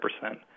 percent